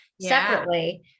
separately